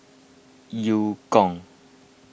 Eu Kong